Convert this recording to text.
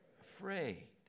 afraid